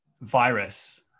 Virus